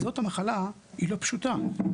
המחלה אינה פשוטה,